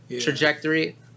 trajectory